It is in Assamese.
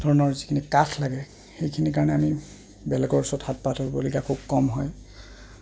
ধৰণৰ যিখিনি কাঠ লাগে সেইখিনিৰ কাৰণে আমি বেলেগৰ ওচৰত হাত পাতিবলগীয়া খুব কম হয়